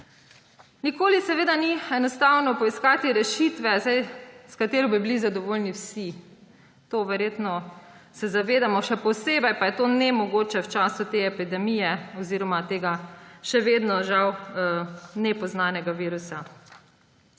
Nikoli ni enostavno poiskati rešitve, s katero bi bili zadovoljni vsi. Tega se verjetno zavedamo. Še posebej pa je to nemogoče v času te epidemije oziroma tega še vedno žal nepoznanega virusa.